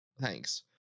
thanks